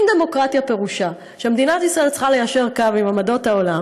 אם דמוקרטיה פירושה שמדינת ישראל צריכה ליישר קו עם עמדות העולם,